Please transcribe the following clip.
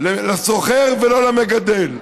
לסוחר ולא למגדל.